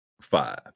five